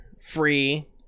free